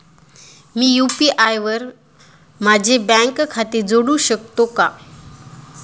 मी UPI वर माझे bank खाते जोडू शकतो का?